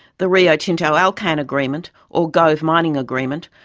the rio tinto alcan agreement, or gove mining agreement,